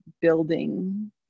building